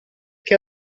che